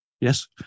Yes